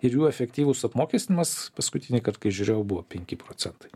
ir jų efektyvus apmokestinimas paskutinįkart kai žiūrėjau buvo penki procentai